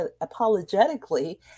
apologetically